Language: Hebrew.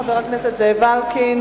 חבר הכנסת זאב אלקין.